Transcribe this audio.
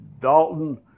Dalton